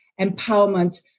empowerment